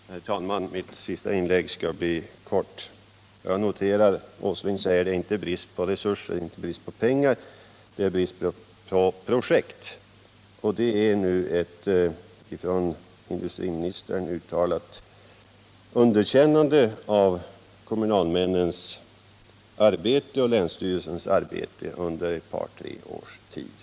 Nr 26 Herr talman Mitt sista inlägg skall bli kort. | Måndagen den Herr Åsling säger ar det Inte är brist på resurser eller brist på pengar 14 november 1977 — det är brist på projekt. Det är nu ett från industriministern uttalat underkännande av kommunalmännens och länsstyrelsens arbete under Om sysselsättningsett par tre års tid.